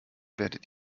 werdet